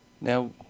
Now